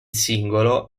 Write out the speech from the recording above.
singolo